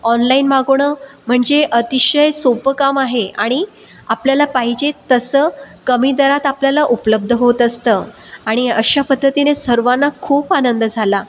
online मागवणं म्हणजे अतिशय सोपं काम आहे आणि आपल्याला पाहिजे तसं कमी दरात आपल्याला उपलब्ध होत असतं आणि अशा पद्धतीने सर्वांना खूप आनंद झाला